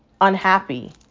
unhappy